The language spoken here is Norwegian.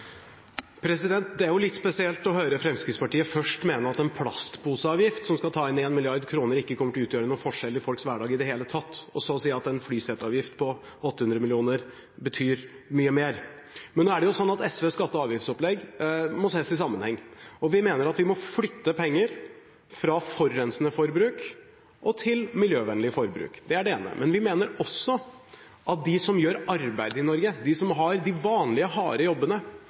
Det er litt spesielt å høre Fremskrittspartiet først mene at en plastposeavgift som skal ta inn 1 mrd. kr, ikke kommer til å utgjøre noen forskjell i folks hverdag i det hele tatt, og så si at en flyseteavgift på 800 mill. kr betyr mye mer. Men nå er det sånn at SVs skatte- og avgiftsopplegg må ses i sammenheng, og vi mener at vi må flytte penger fra forurensende forbruk til miljøvennlig forbruk. Det er det ene. Vi mener også at de som gjør arbeidet i Norge, de som har de vanlige, harde jobbene,